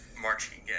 marching